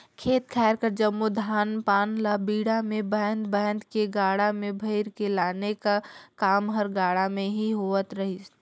खेत खाएर कर जम्मो धान पान ल बीड़ा मे बाएध बाएध के गाड़ा मे भइर के लाने का काम हर गाड़ा मे ही होवत रहिस